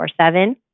seven